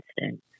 instance